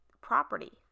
property